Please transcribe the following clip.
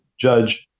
judge